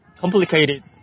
complicated